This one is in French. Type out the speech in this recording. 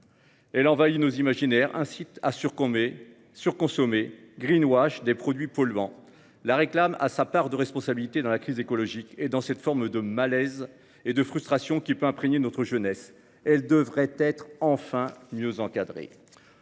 Celle-ci envahit nos imaginaires, incite à surconsommer, des produits polluants. La réclame a sa part de responsabilité dans la crise écologique et dans cette forme de malaise et de frustration qui peut imprégner notre jeunesse. Elle devrait être enfin mieux encadrée.